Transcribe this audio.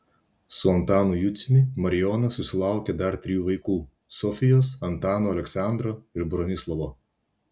su antanu juciumi marijona susilaukė dar trijų vaikų sofijos antano aleksandro ir bronislovo